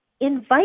invite